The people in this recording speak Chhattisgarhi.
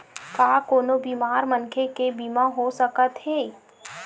का कोनो बीमार मनखे के बीमा हो सकत हे?